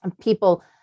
people